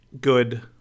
good